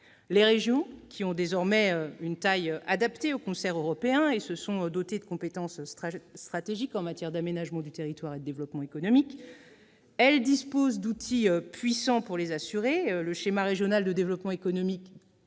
Les régions sont désormais d'une taille adaptée au concert européen et sont dotées de compétences stratégiques en matière d'aménagement du territoire et de développement économique. À quel prix ! Elles disposent d'outils puissants pour les assurer : le schéma régional de développement économique,